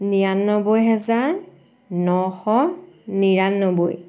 নিৰান্নবৈ হেজাৰ নশ নিৰান্নবৈ